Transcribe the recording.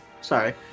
sorry